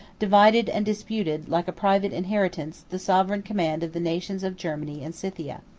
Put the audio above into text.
divided and disputed, like a private inheritance, the sovereign command of the nations of germany and scythia.